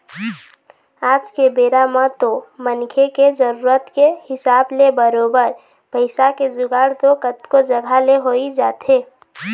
आज के बेरा म तो मनखे के जरुरत के हिसाब ले बरोबर पइसा के जुगाड़ तो कतको जघा ले होइ जाथे